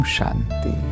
Shanti